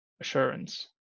assurance